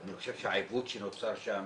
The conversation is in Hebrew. אני חושב שהעיוות שנוצר שם